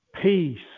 peace